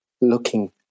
looking